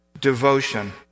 Devotion